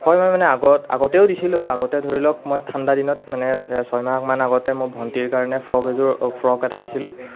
হয় মই মানে আগত আগতেও দিছিলোঁ আগতে ধৰি লওক মই ঠাণ্ডা দিনত মানে ছ ছয় মাহ মান আগতে মোৰ ভণ্টিৰ কাৰণে ফ্ৰক এযোৰ ফ্ৰক এটা দিছিলোঁ